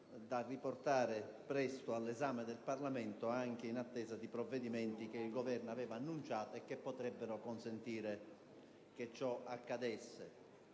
da riportare presto all'esame del Parlamento, anche in attesa di provvedimenti che il Governo aveva annunciato e che potrebbero consentire che ciò accada.